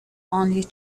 only